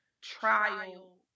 trial